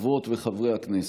חברות וחברי הכנסת,